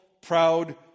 proud